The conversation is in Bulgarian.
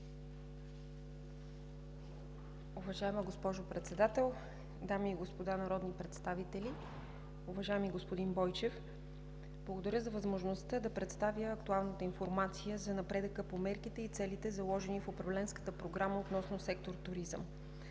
Уважаема госпожо Председател, дами и господа народни представители! Уважаеми господин Бойчев, благодаря за възможността да представя актуалната информация за напредъка по мерките и целите, заложени в Управленската програма относно сектор „Туризъм“.